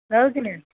ରହୁଛି ନା